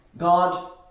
God